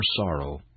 sorrow